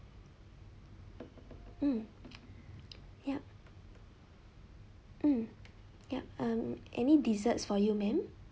mm yup mm yup um any desserts for you ma'am